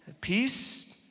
peace